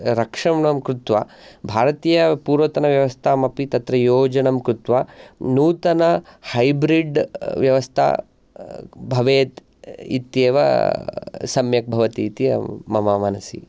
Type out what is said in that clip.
रक्षणं कृत्वा भारतीय पूर्वतनव्यवस्थामपि तत्र योजनं कृत्वा नूतन हैब्रिड व्यवस्था भवेत् इत्येव सम्यक् भवति इति मम मनसि